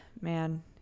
man